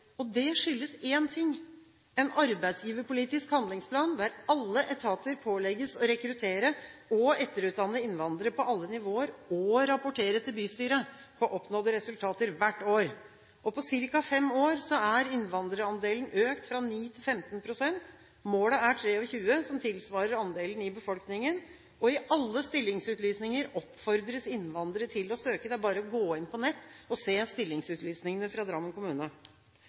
Det skyldes én ting: en arbeidsgiverpolitisk handlingsplan, der alle etater pålegges å rekruttere og etterutdanne innvandrere på alle nivåer og rapportere til bystyret om oppnådde resultater – hvert år. På ca. fem år er innvandrerandelen økt fra 9 til 15 pst. Målet er 23, som tilsvarer andelen i befolkningen. I alle stillingsutlysninger oppfordres innvandrere til å søke. – Det er bare å gå inn på nett og se stillingsutlysningene fra Drammen kommune.